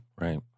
Right